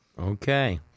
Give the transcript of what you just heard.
Okay